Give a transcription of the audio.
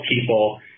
people